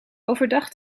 overdag